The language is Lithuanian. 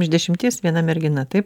iš dešimties viena mergina taip